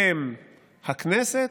הם הכנסת,